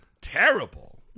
Terrible